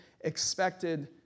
expected